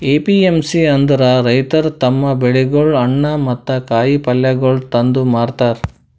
APMC ಅಂದುರ್ ರೈತುರ್ ತಮ್ ಬೆಳಿಗೊಳ್, ಹಣ್ಣ ಮತ್ತ ಕಾಯಿ ಪಲ್ಯಗೊಳ್ ತಂದು ಮಾರತಾರ್